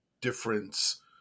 difference